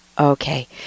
Okay